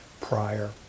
prior